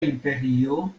imperio